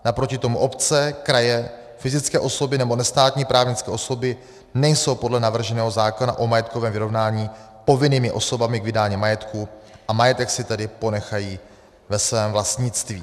Naproti tomu obce, kraje, fyzické osoby nebo nestátní právnické osoby nejsou podle navrženého zákona o majetkovém vyrovnání povinnými osobami k vydání majetku a majetek si tedy ponechají ve svém vlastnictví.